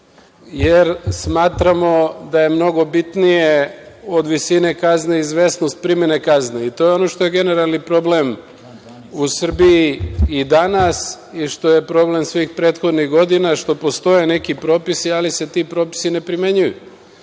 jer smatramo da je mnogo bitnije od visine kazne izvesnost primene kazne. I to je ono što je generalni problem u Srbiji i danas i što je problem svih prethodnih godina, što postoje neki propisi, ali se ti propisi ne primenjuju. Mi